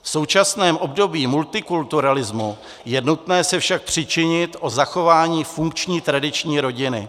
V současném období multikulturalismu je nutné se však přičinit o zachování funkční tradiční rodiny.